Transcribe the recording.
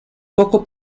poco